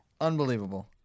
Unbelievable